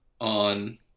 on